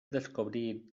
descobrir